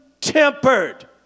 tempered